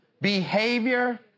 behavior